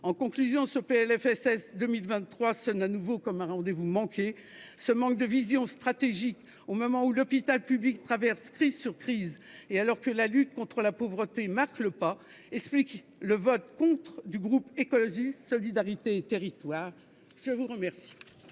en soulignant que ce PLFSS pour 2023 sonne de nouveau comme un rendez-vous manqué. Ce manque de vision stratégique, au moment où l'hôpital public traverse crise sur crise et alors que la lutte contre la pauvreté marque le pas, explique le vote contre du groupe Écologiste- Solidarité et Territoires. Il va être